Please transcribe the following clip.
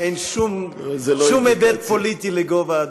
שאין שום היבט פוליטי לגובה הדוכן.